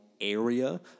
area